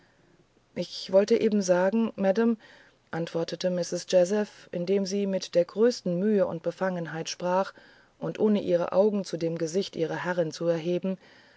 ich wollte eben sagen madame antwortete mistreß jazeph indem sie mit der größten mühe und befangenheit sprach und ohne ihre augen zu dem gesicht ihrer herrinzuerheben